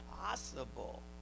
possible